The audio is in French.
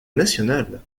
nationale